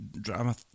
drama